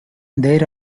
there